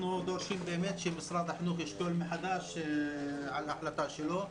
אנחנו דורשים שמשרד החינוך ישקול מחדש את ההחלטה שלו.